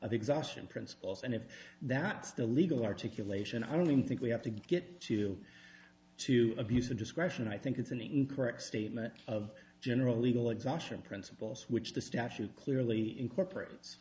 exhaustion principles and if that's the legal articulation i don't think we have to get to to abuse of discretion i think it's an incorrect statement of general legal exhaustion principles which the statute clearly incorporates